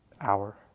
hour